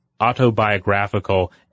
autobiographical